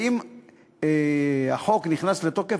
אם החוק נכנס לתוקף,